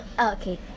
okay